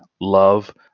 love